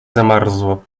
zamarzło